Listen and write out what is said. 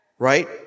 Right